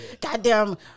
goddamn